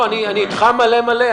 אני אתך מלא מלא,